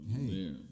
Hey